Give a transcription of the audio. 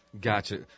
Gotcha